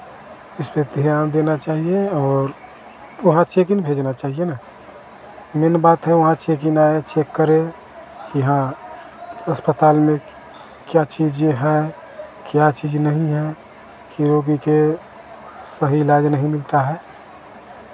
इस पे ध्यान देना चाहिए और वहाँ चेक इन भेजना चाहिए ना मेन बात है वहाँ चेक इन आए चेक करे कि हाँ अस्पताल में क्या चीज़ ये है क्या चीज़ नहीं है कि रोगी के सही इलाज नहीं मिलता है